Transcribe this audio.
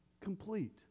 complete